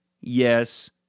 yes